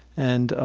and